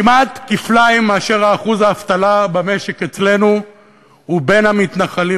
כמעט כפליים מאחוז האבטלה במשק אצלנו קיים בין המפונים,